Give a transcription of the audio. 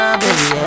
baby